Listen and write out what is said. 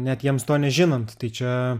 net jiems to nežinant tai čia